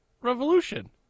revolution